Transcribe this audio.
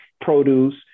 produce